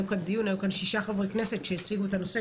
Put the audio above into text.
היו כאן שישה חברי כנסת שהציגו את הנושא,